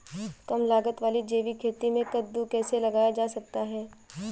कम लागत वाली जैविक खेती में कद्दू कैसे लगाया जा सकता है?